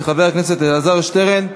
של חבר הכנסת אלעזר שטרן.